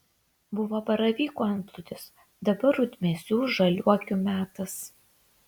buvo baravykų antplūdis dabar rudmėsių žaliuokių metas